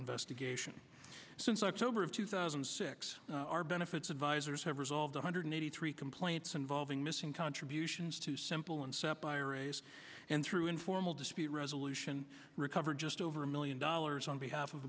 investigation since october of two thousand and six our benefits advisors have resolved one hundred eighty three complaints involving missing contributions to simple and step by race and through informal dispute resolution recover just over a million dollars on behalf of